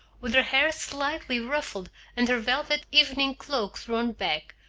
with her hair slightly ruffled and her velvet evening cloak thrown back,